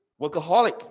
workaholic